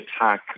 attack